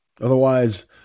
Otherwise